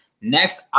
next